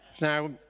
Now